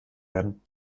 werden